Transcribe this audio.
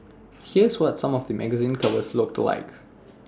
here's what some of the magazine covers looked like